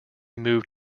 moved